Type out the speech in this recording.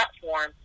platform